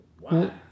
Wow